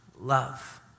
love